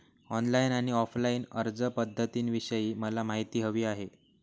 online आणि offline अर्जपध्दतींविषयी मला माहिती हवी आहे